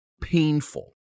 painful